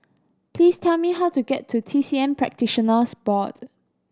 please tell me how to get to T C M Practitioners Board